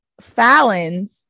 Fallon's